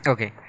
Okay